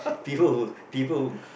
people who people who